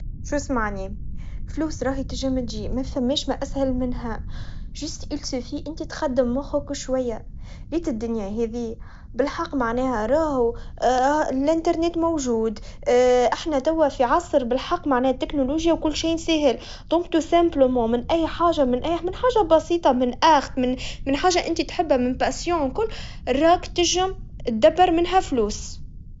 شو اسمعني, الفلوس راهي تجي ومتجيش, متفهملاش ما أسهل منها, بالإضافا انت في تخدم مخك شويا, ليت الدنيا هذي بالحق معناها راهو, الانترنت موجود, إحنا توا في عصر بالحق معنا التكنولوجا وكل شي سهل, إذا ببساطا من أي حاجا من أي- من حاجا بسيطا, من آخ من حاجا انت تحبها, من شغف, كل- راك تجم, تدبر منها فلوس.